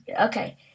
Okay